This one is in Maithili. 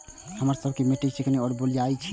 हमर सबक मिट्टी चिकनी और बलुयाही छी?